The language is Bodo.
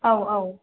औ औ